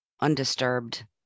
undisturbed